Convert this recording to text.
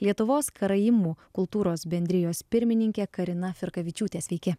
lietuvos karaimų kultūros bendrijos pirmininkė karina firkavičiūtė sveiki